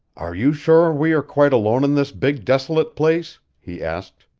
are you sure we are quite alone in this big, desolate place? he asked.